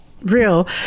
real